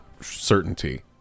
certainty